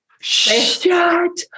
Shut